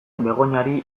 begoñari